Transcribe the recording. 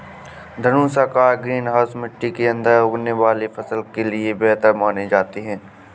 धनुषाकार green house मिट्टी के अंदर उगने वाले फसल के लिए बेहतर माने जाते हैं